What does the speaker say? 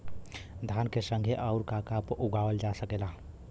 धान के संगे आऊर का का उगावल जा सकेला?